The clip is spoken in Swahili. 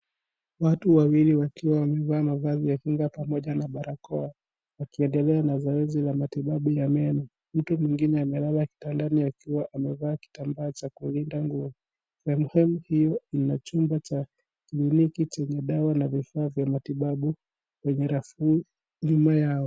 Watu wawili, wakiwa wamevaa mavazi ya kinga pamoja na balakoa, wakiendelea na zoezi la matibabu ya meno. Mtu mwingine amelala kitandani, akiwa amevaa kitambaa cha kulinda nguo. Sehemu hio ina chumba cha kliniki chenye dawa na vifaa vya matibabu kwenye lashani nyuma yao.